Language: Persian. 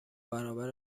برابر